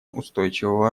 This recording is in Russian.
устойчивого